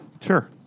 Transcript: Sure